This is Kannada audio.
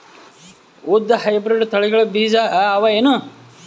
ಉದ್ದ ಹೈಬ್ರಿಡ್ ತಳಿಗಳ ಬೀಜ ಅವ ಏನು?